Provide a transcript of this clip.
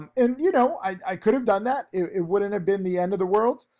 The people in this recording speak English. and you know, i could have done that, it wouldn't have been the end of the world.